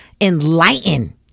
enlighten